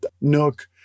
Nook